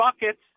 buckets